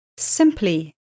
Simply